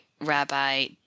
Rabbi